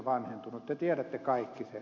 te tiedätte kaikki sen